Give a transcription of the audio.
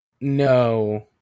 no